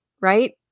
right